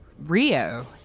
Rio